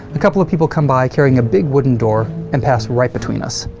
a couple of people come by carrying a big wooden door and pass right between us.